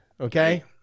Okay